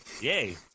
yay